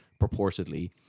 purportedly